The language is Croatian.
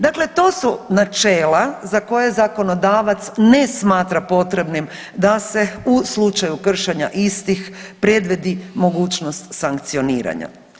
Dakle, to su načela za koje zakonodavac ne smatra potrebnim da se u slučaju kršenja istih predvidi mogućnost sankcioniranja.